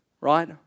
Right